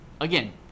again